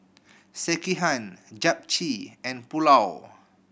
Sekihan Japchae and Pulao